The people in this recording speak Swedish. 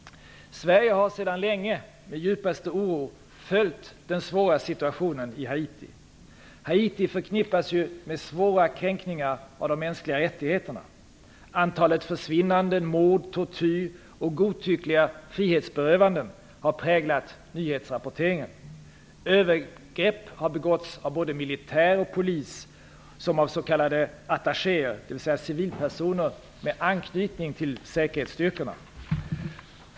Sverige har sedan länge med djupaste oro följt den svåra situationen i Haiti. Haiti förknippas med svåra kränkningar av de mänskliga rättigheterna. Antalet försvinnanden, mord, tortyr och godtyckliga frihetsberövanden har präglat nyhetsrapporteringen. Övergrepp har begåtts av såväl militär och polis som av s.k. attachéer, dvs. civilpersoner med anknytning till säkerhetsstyrkorna.